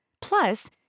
Plus